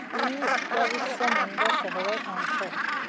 ই স্ক্বাবিশ্ব মুণ্ড চহৰৰ অংশ